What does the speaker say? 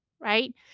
right